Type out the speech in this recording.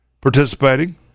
participating